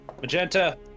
Magenta